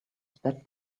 sped